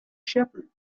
shepherd